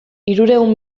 hirurehun